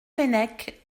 fenech